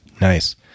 Nice